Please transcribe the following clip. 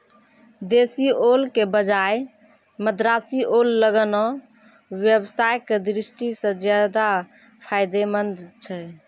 देशी ओल के बजाय मद्रासी ओल लगाना व्यवसाय के दृष्टि सॅ ज्चादा फायदेमंद छै